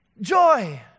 Joy